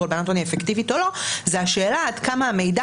הלבנת הון היא אפקטיבית או לא זו השאלה עד כמה המידע